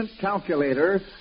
calculator